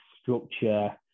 structure